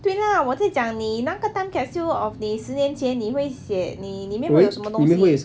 对啦我在讲你那个 time capsule of 你十年前你会写你里面会有什么东西